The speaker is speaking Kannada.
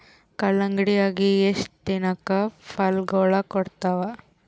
ಕಲ್ಲಂಗಡಿ ಅಗಿ ಎಷ್ಟ ದಿನಕ ಫಲಾಗೋಳ ಕೊಡತಾವ?